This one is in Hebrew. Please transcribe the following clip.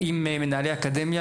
עם מנהלי האקדמיה,